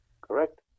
correct